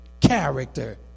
character